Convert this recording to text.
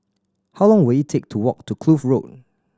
how long will it take to walk to Kloof Road